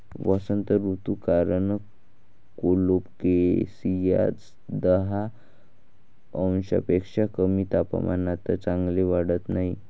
वसंत ऋतू कारण कोलोकेसिया दहा अंशांपेक्षा कमी तापमानात चांगले वाढत नाही